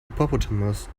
hippopotamus